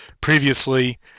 previously